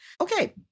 okay